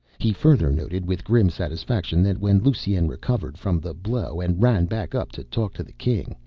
he further noted with grim satisfaction that when lusine recovered from the blow and ran back up to talk to the king,